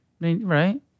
Right